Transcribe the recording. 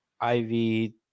Ivy